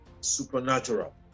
supernatural